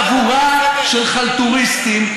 חבורה של חלטוריסטים,